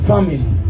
Family